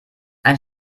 ein